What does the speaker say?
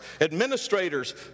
administrators